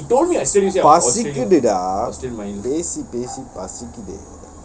பசிக்குதுடா பேசி பேசி பசிக்குது:pasikkudhu da peasi peasi pasikkudhu